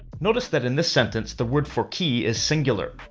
notice that in this sentence, the word for key is singular.